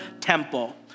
temple